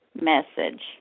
message